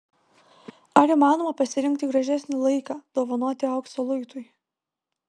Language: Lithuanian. ar įmanoma pasirinkti gražesnį laiką dovanoti aukso luitui